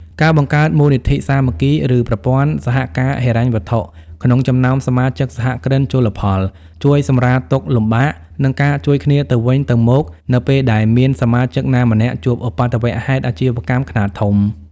ការបង្កើតមូលនិធិសាមគ្គី ឬប្រព័ន្ធសហការហិរញ្ញវត្ថុក្នុងចំណោមសមាជិកសហគ្រិនជលផល ជួយសម្រាលទុក្ខលំបាក និងការជួយគ្នាទៅវិញទៅមកនៅពេលដែលមានសមាជិកណាម្នាក់ជួបឧប្បត្តិហេតុអាជីវកម្មខ្នាតធំ។